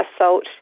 assault